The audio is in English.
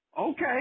Okay